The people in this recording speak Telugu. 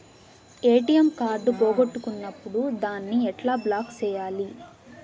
ఎ.టి.ఎం కార్డు పోగొట్టుకున్నప్పుడు దాన్ని ఎట్లా బ్లాక్ సేయాలి